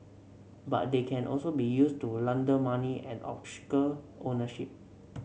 but they can also be used to launder money and obscure ownership